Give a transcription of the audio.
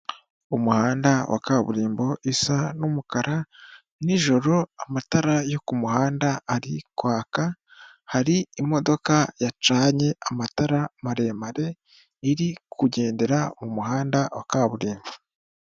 Umuhanda wa kaburimbo isa n'umukara nijoro amatara yo ku muhanda ari kwaka, hari imodoka yacanye amatara maremare iri kugendera mu muhanda wa kaburimbo.